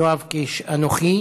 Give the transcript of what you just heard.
יואב קיש ואנוכי,